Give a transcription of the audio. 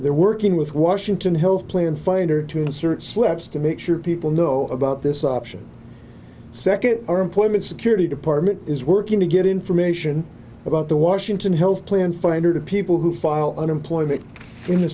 they're working with washington health plan finder to search slips to make sure people know about this option second our employment security department is working to get information about the washington health plan finder to people who file unemployment in the